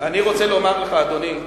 אני רוצה לומר לך, אדוני,